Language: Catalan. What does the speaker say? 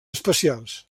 especials